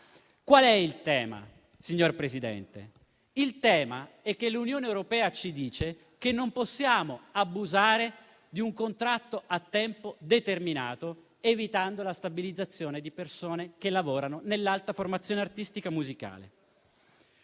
Qual è il tema, signor Presidente? L'Unione europea ci dice che non possiamo abusare di un contratto a tempo determinato, evitando la stabilizzazione di persone che lavorano nell'alta formazione artistica e musicale.